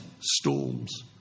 storms